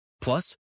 Plus